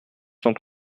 cent